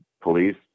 police